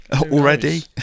Already